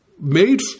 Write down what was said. made